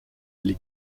les